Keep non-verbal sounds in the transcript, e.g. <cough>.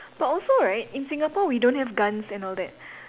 but also right in Singapore we don't have gun and all that <breath>